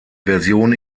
version